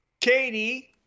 Katie